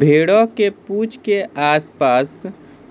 भेड़ के पूंछ के आस पास